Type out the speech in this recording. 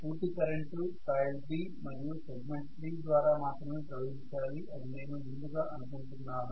పూర్తి current coil B మరియు segment 3 ద్వారా మాత్రమే ప్రవహించాలి అని నేను ముందుగా అనుకుంటున్నాను